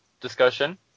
discussion